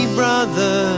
brother